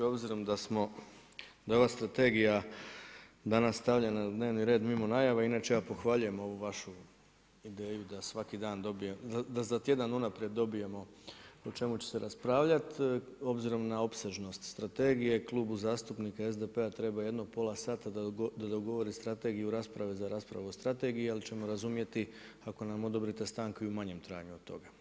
Obzirom da smo, da je ova strategija danas stavljena na dnevni red mimo najave, inače ja pohvaljujem ovu vašu ideju, da svaki dan, da za tjedan unaprijed dobijemo o čemu ćemo raspravljati, obzirom na opsežnost strategije, Klubu zastupnika SDP-a treba jedno pola sata da dogovori strategije rasprave za raspravu o strategiji jer ćemo razumjeti, ako nam odobrite stanku i u manjem trajanju od toga.